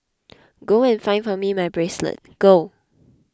go and find for me my bracelet go